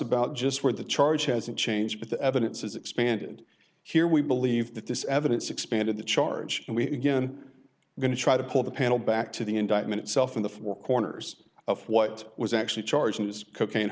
about just where the charge hasn't changed but the evidence is expanded here we believe that this evidence expanded the charge and we again going to try to pull the panel back to the indictment itself in the four corners of what was actually charging as cocaine